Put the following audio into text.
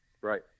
right